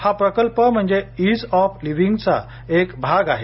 हा प्रकल्प म्हणजे इझ ऑफ लिव्हिंगचा एक भाग आहे